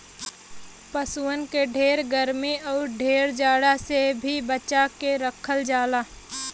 पसुअन के ढेर गरमी आउर ढेर जाड़ा से भी बचा के रखल जाला